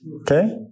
Okay